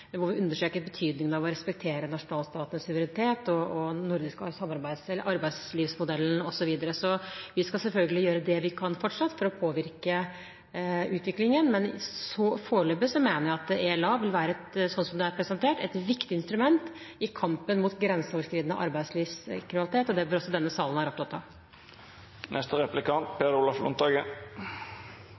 hvor vi alle underskrev en felles deklarasjon som vi oversendte til kommisjonen, hvor vi understreket betydningen av å respektere nasjonalstatenes suverenitet og den nordiske arbeidslivsmodellen osv. Så vi skal selvfølgelig fortsatt gjøre det vi kan for å påvirke utviklingen, men foreløpig mener jeg at ELA, sånn som det er presentert, vil være et viktig instrument i kampen mot grenseoverskridende arbeidslivskriminalitet, og det bør også denne salen være opptatt